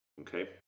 Okay